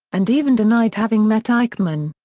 and even denied having met eichmann.